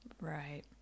right